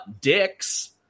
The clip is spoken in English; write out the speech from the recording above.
Dick's